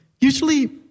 usually